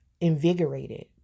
invigorated